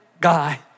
guy